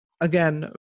again